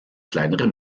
kleinere